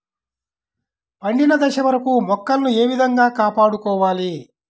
పండిన దశ వరకు మొక్కలను ఏ విధంగా కాపాడుకోవాలి?